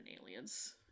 Aliens